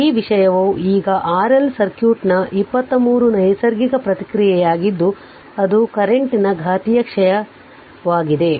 ಆದ್ದರಿಂದ ಈ ವಿಷಯವು ಈಗ RL ಸರ್ಕ್ಯೂಟ್ನ 23 ನೈಸರ್ಗಿಕ ಪ್ರತಿಕ್ರಿಯೆಯಾಗಿದ್ದು ಅದು ಕರೆಂಟ್ನ ಘಾತೀಯ ಕ್ಷಯವಾಗಿದೆ